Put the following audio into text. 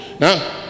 now